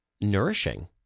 nourishing